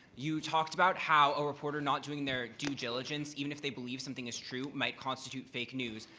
you talked about how a reporter not doing their due diligence even if they believe something is true might constitute fake news.